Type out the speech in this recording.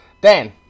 Dan